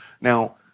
Now